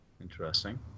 Interesting